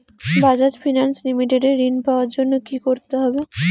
Bajaj finance limited এ ঋন পাওয়ার জন্য কি করতে হবে?